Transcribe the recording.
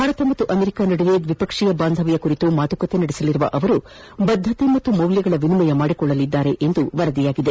ಭಾರತ ಮತ್ತು ಅಮೆರಿಕಾ ನಡುವೆ ದ್ವಿಪಕ್ಷೀಯ ಬಾಂಧವ್ಯ ಕುರಿತು ಮಾಶುಕತೆ ನಡೆಸಲಿರುವ ಅವರು ಬದ್ದತೆ ಮತ್ತು ಮೌಲ್ಯಗಳ ವಿನಿಮಯ ಮಾಡಿಕೊಳ್ಳಲಿದ್ದಾರೆ ಎಂದು ವರದಿಯಾಗಿದೆ